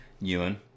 Ewan